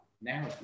now